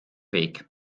weg